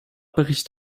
bericht